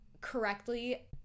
correctly